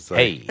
hey